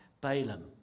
Balaam